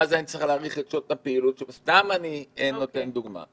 ואז אני צריך להאריך את שעות הפעילות של סתם אני נותן דוגמה,